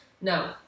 no